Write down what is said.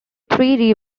three